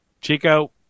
Chico